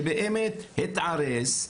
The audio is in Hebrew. שבאמת התארס,